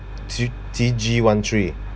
three T_G one three